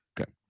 Okay